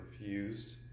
refused